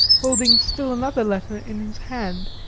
holding still another letter in his hand,